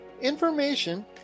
information